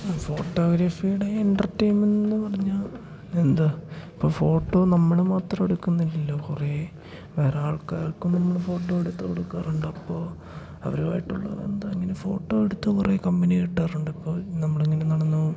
ഫോട്ടോഗ്രാഫിയുടെ എൻ്റർടൈൻമെൻ്റെന്നു പറഞ്ഞാൽ എന്താ ഇപ്പോൾ ഫോട്ടോ നമ്മൾ മാത്രം എടുക്കുന്നില്ലല്ലോ കുറേ വേറെ ആൾക്കാർക്കും നമ്മൾ ഫോട്ടോ എടുത്ത് കൊടുക്കാറുണ്ട് അപ്പോൾ അവരുമായിട്ടുള്ള എന്താ ഇങ്ങനെ ഫോട്ടോ എടുത്തു കുറേ കമ്പനി കിട്ടാറുണ്ട് അപ്പോൾ നമ്മളിങ്ങനെ നടന്നു